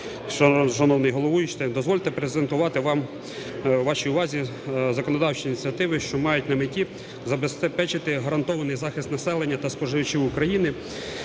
шановний головуючий! Дозвольте презентувати вам, вашій увазі законодавчі ініціативи, що мають на меті забезпечити гарантований захист населення та споживачів України